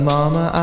Mama